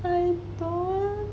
I don't